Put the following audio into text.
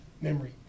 memory